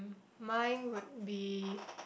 mine would be